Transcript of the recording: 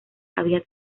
había